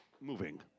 moving